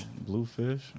Bluefish